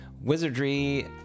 Wizardry